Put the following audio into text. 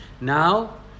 now